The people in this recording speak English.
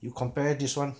you compare this [one]